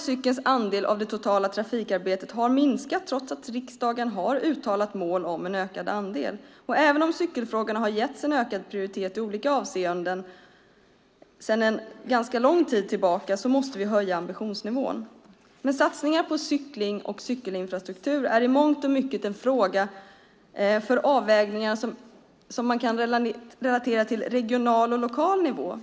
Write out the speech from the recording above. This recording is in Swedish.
Cykelns andel av det totala trafikarbetet har minskat trots att riksdagen har uttalat mål om en ökad andel. Även om cykelfrågorna har getts en ökad prioritet i olika avseenden sedan en ganska lång tid tillbaka måste vi höja ambitionsnivån. Satsningar på cykling och cykelinfrastruktur är i mångt och mycket en fråga för avvägningar som man kan relatera till regional och lokal nivå.